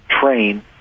train